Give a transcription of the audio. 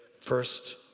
first